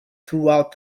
throughout